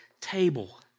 table